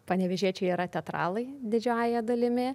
panevėžiečiai yra teatralai didžiąja dalimi